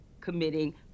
committing